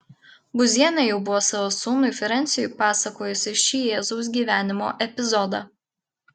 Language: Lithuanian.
būzienė jau buvo savo sūnui frensiui pasakojusi šį jėzaus gyvenimo epizodą